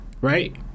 right